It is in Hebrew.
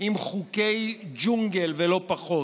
עם חוקי ג'ונגל, ולא פחות,